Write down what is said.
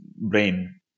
brain